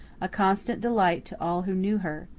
a constant delight to all who knew her.